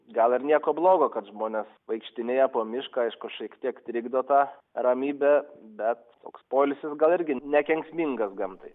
gal ir nieko blogo kad žmonės vaikštinėja po mišką aišku šiek tiek trikdo ta ramybė bet toks poilsis gal irgi nekenksmingas gamtai